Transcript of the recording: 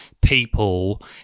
people